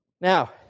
Now